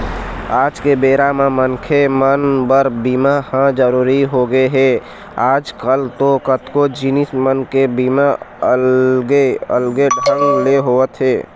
आज के बेरा म मनखे मन बर बीमा ह जरुरी होगे हे, आजकल तो कतको जिनिस मन के बीमा अलगे अलगे ढंग ले होवत हे